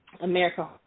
America